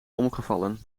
omgevallen